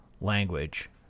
language